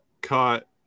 cut